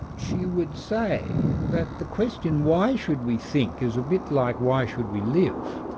she would say that the question, why should we think, is a bit like why should we live.